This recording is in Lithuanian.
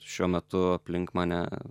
šiuo metu aplink mane